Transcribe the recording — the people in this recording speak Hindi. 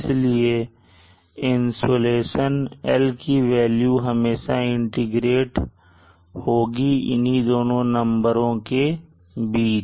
इसलिए इंसुलेशन की वेल्यू हमेशा इंटीग्रेट होगी इन्हीं दोनों नंबरों के बीच